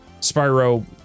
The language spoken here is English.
Spyro